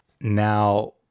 Now